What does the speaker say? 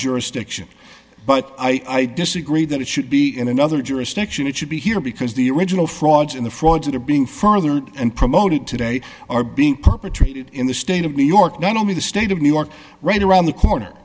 jurisdiction but i disagree that it should be in another jurisdiction it should be here because the original frauds in the fraud that are being furthered and promoted today are being perpetrated in the state of new york not only the state of new york right around the corner